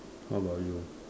how about you